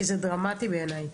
כי זה דרמטי בעיניי,